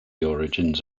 origins